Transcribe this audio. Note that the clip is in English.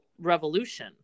revolution